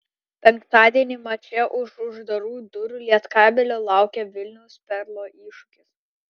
penktadienį mače už uždarų durų lietkabelio laukia vilniaus perlo iššūkis